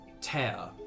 tear